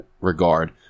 regard